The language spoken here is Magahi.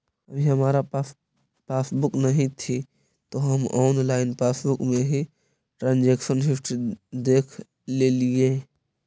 अभी हमारा पास पासबुक नहीं थी तो हम ऑनलाइन पासबुक में ही ट्रांजेक्शन हिस्ट्री देखलेलिये